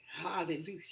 Hallelujah